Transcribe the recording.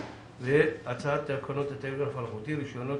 והצעת תקנות הטלגרף האלחוטי (רישיונות,